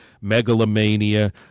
megalomania